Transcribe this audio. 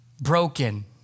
broken